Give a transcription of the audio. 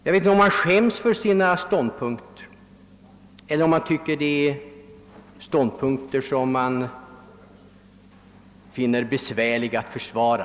Jag vet inte om de skäms för sina synpunkter eller om de tycker att den ståndpunkt de intar är besvärlig att försvara.